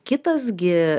kitas gi